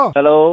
Hello